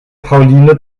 pauline